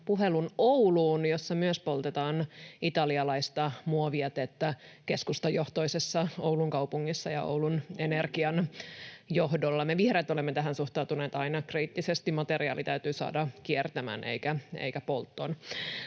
puhelun Ouluun, jossa myös poltetaan italialaista muovijätettä, keskustajohtoisessa Oulun kaupungissa ja Oulun Energian johdolla. [Hannu Hoskosen välihuuto] Me vihreät olemme tähän suhtautuneet aina kriittisesti — materiaali täytyy saada kiertämään eikä polttoon.